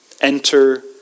Enter